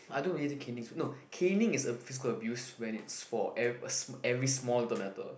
I don't really think canning is no canning is a physical abuse when it's for ev~ every small little matter